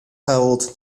held